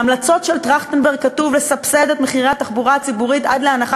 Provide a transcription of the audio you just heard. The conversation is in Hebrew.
בהמלצות של טרכטנברג כתוב לסבסד את מחירי התחבורה הציבורית עד להנחה